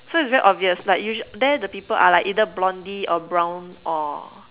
so it's very obvious like usual there the people are like either Blondie or brown or